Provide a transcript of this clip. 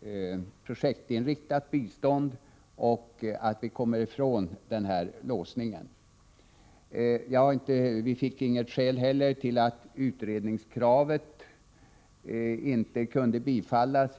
mera projektinriktat bistånd och komma ifrån denna låsning. Det angavs inte något skäl till att kravet på en biståndsutredning inte kan bifallas.